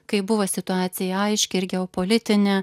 kai buvo situacija aiški ir geopolitinė